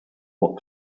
what